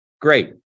great